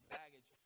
baggage